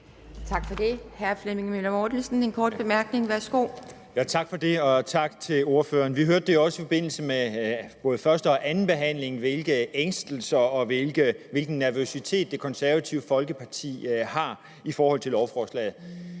værsgo. Kl. 12:06 Flemming Møller Mortensen (S): Tak for det, og tak til ordføreren. Vi hørte også i forbindelse med både første- og andenbehandlingen, hvilken ængstelse og nervøsitet Det Konservative Folkeparti har i forhold til lovforslaget.